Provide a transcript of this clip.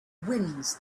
winds